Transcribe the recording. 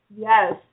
Yes